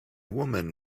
woman